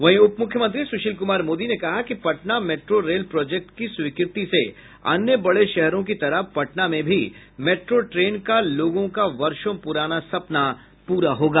वहीं उपमुख्यमंत्री सुशील कुमार मोदी ने कहा कि पटना मेट्रो रेल प्रोजेक्ट की स्वीकृति से अन्य बड़े शहरों की तरह पटना में भी मेट्रो ट्रेन का लोगों का वर्षों पुराना सपना पूरा होगा